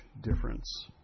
difference